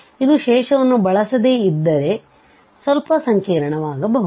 ಇದು ಶೇಷವನ್ನು ಬಳಸದೆ ಇದ್ದಾರೆ ಸ್ವಲ್ಪ ಸಂಕೀರ್ಣವಾಗಬಹುದು